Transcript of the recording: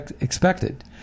expected